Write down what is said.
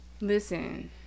Listen